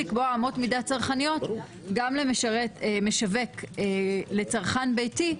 לקבוע אמות מידה צרכניות גם למשווק לצרכן ביתי,